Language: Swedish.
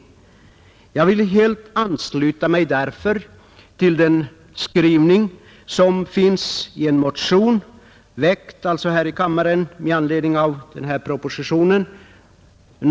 Därför vill jag ansluta mig till den skrivning som finns i motionen 1292, som har väckts här i kammaren i anledning av propositionen.